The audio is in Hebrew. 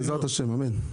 בעזרת השם, אמן.